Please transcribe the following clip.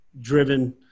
driven